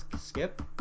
skip